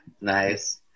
nice